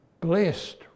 blessed